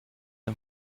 een